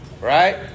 right